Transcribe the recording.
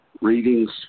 Readings